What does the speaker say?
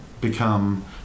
become